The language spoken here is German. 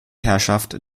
herrschaft